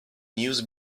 news